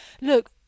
Look